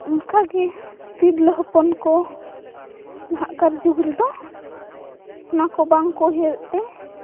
ᱚᱱᱠᱟ ᱜᱮ ᱛᱤᱨᱞᱟᱹ ᱦᱚᱯᱚᱱ ᱠᱚ ᱱᱟᱦᱟᱜ ᱠᱟᱨ ᱡᱩᱜᱽ ᱨᱮᱫᱚ ᱚᱱᱟ ᱠᱚ ᱵᱟᱝ ᱠᱚ ᱦᱮᱡ ᱛᱮ